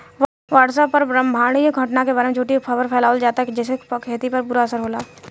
WhatsApp पर ब्रह्माण्डीय घटना के बारे में झूठी खबर फैलावल जाता जेसे खेती पर बुरा असर होता